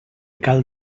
cal